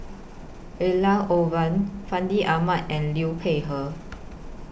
Elangovan Fandi Ahmad and Liu Peihe